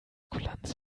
kulanz